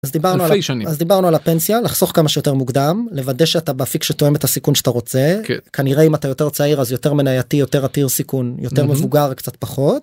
אז דיברנו על הפנסיה, לחסוך כמה שיותר מוקדם, לוודא שאתה באפיק שתואם את הסיכון שאתה רוצה, כנראה אם אתה יותר צעיר אז יותר מנייתי, יותר עתיר סיכון, יותר מבוגר קצת פחות.